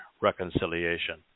reconciliation